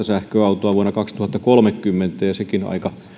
sähköautoa vuonna kaksituhattakolmekymmentä ja sekin aika